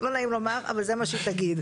לא נעים לומר, אבל זה מה שהיא תגיד.